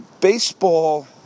baseball